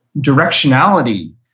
directionality